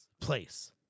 place